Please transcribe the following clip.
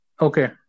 Okay